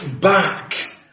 back